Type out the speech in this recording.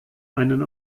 einen